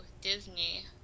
Disney